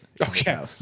Okay